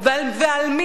ועל מי,